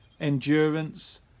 endurance